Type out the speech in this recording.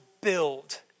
build